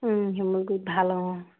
শিমলুগুৰিত ভাল অঁ